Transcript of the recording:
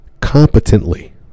competently